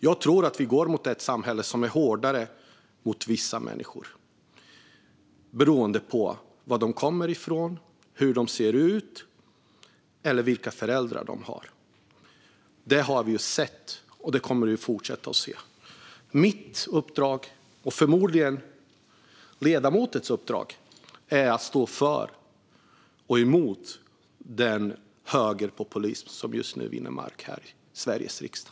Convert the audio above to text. Jag tror att vi går mot ett samhälle som är hårdare mot vissa människor beroende på var de kommer ifrån, hur de ser ut eller vilka föräldrar de har. Det har vi sett, och det kommer vi att fortsätta se. Mitt uppdrag - och förmodligen även ledamotens uppdrag - är att stå emot den högerpopulism som just nu vinner mark här i Sveriges riksdag.